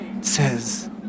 says